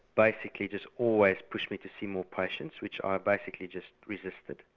basically just always pushed me to see more patients which i basically just resisted.